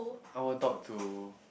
I want talk to